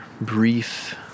brief